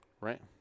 Right